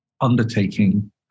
Undertaking